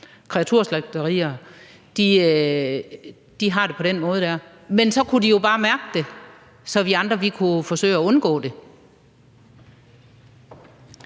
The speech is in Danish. kreaturslagterier, har det på den måde, men så kunne de jo bare mærke det, så vi andre kunne forsøge at undgå det.